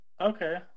Okay